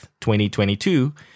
2022